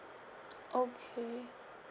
okay